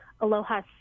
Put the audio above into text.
Aloha